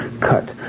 Cut